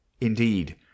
Indeed